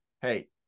hey